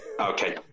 Okay